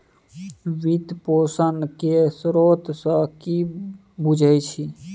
वित्त पोषण केर स्रोत सँ कि बुझै छी